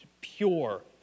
pure